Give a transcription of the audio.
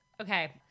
okay